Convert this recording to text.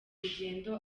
rugendo